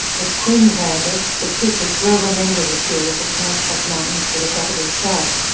as queenslanders, the coopers well remember the chill of the snow-capped mountains to the capital's south.